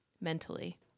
mentally